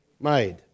made